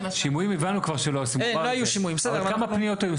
שימועים, הבנו כבר שלא עושים, אבל כמה פניות היו.